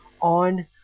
on